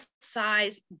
size